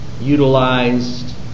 utilized